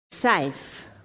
safe